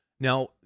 Now